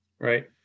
Right